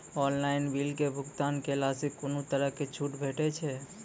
Online बिलक भुगतान केलासॅ कुनू तरहक छूट भेटै छै?